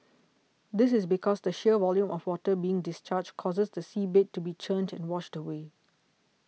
this is because the sheer volume of water being discharged causes the seabed to be churned and washed away